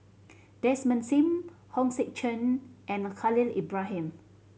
Desmond Sim Hong Sek Chern and Khalil Ibrahim